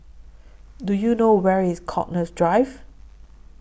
Do YOU know Where IS Connaught Drive